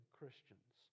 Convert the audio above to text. Christians